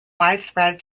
widespread